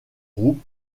groupe